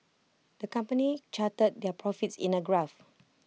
the company charted their profits in A graph